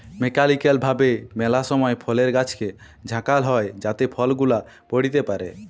mechanical ভাবে ম্যালা সময় ফলের গাছকে ঝাঁকাল হই যাতে ফল গুলা পইড়তে পারে